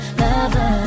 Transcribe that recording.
lover